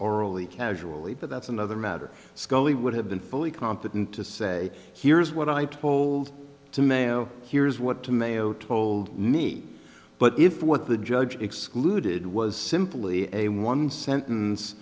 orally casually but that's another matter scully would have been fully competent to say here's what i told to mayo here's what to mayo told me but if what the judge excluded was simply a one sentence